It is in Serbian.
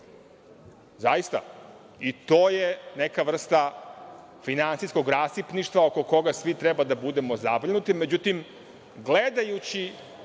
zaista. I to je neka vrsta finansijskog rasipništva oko koga svi treba da budu